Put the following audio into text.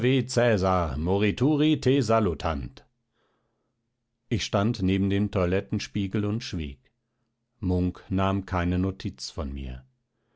salutant ich stand neben dem toilettenspiegel und schwieg munk nahm keine notiz von mir